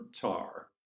tar